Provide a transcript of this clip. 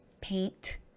paint